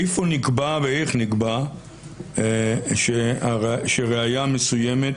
איפה נקבע ואיך נקבע שראיה מסוימת